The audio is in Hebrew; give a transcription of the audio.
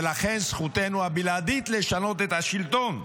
ולכן זכותנו הבלעדית לשנות את השלטון.